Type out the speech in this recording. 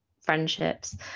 friendships